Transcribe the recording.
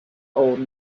old